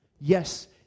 Yes